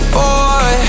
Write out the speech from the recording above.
boy